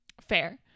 Fair